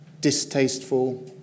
distasteful